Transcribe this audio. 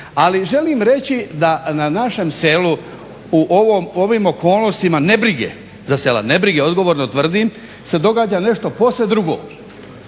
Ali želim reći da na našem selu u ovim okolnostima nebrige za sela, nebrige odgovorno tvrdim se događa nešto posve drugo,